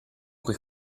coi